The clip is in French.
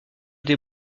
des